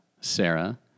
Sarah